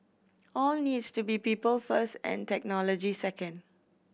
all needs to be people first and technology second